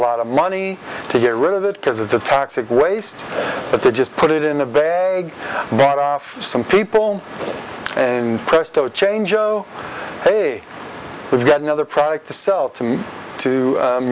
lot of money to get rid of it because it's a toxic waste but they just put it in a bag that off some people and presto change oh hey we've got another product to sell to me to